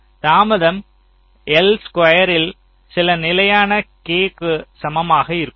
ஆகவே தாமதம் L ஸ்குயரில் சில நிலையான K க்கு சமமாக இருக்கும்